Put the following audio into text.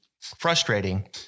frustrating